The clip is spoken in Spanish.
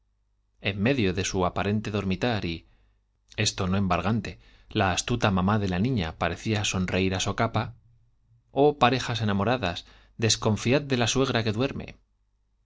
en medio de su aparente dormitar y esto no embargante la astuta mamá de la niña sonreír á parecía socapa i oh parejas enamoradas desconfiad de la suegra que duerme